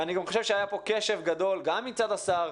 אני חושב שהיה כאן קשב גדול גם מצד השר,